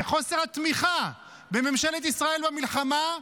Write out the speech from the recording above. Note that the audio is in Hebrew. מחוסר התמיכה בממשלת ישראל במלחמה,